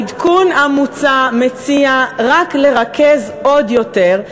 העדכון המוצע מציע רק לרכז עוד יותר,